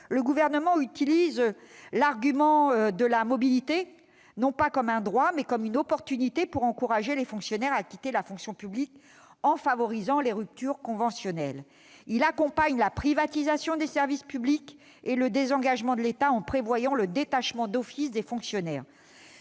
le Gouvernement utilise l'argument de la mobilité, non pas comme un droit, mais comme une opportunité pour encourager les fonctionnaires à quitter la fonction publique en favorisant les ruptures conventionnelles. Il accompagne la privatisation des services publics et le désengagement de l'État en prévoyant le détachement d'office des fonctionnaires.